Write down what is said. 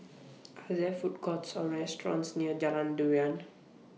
Are There Food Courts Or restaurants near Jalan Durian